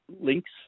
links